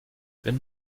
wenn